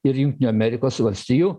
ir jungtinių amerikos valstijų